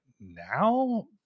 now